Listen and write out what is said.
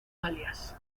alias